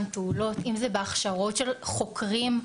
פעולות, אם זה בהכשרות של חוקרים.